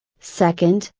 second,